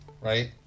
right